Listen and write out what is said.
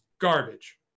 garbage